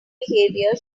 behaviour